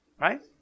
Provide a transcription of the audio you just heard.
right